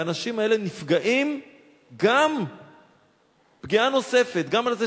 והאנשים האלה נפגעים פגיעה נוספת: גם על זה